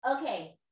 Okay